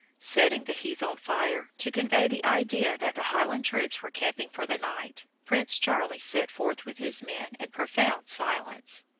setting the heath on fire, to convey the idea that the highland troops were camping for the night, prince charlie set forth with his men in profound silence.